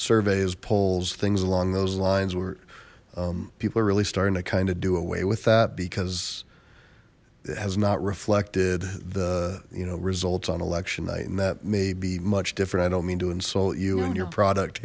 surveys polls things along those lines where people are really starting to kind of do away with that because it has not reflected the you know results on election night and that may be much different i don't mean to insult you and your product